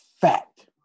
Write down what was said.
fact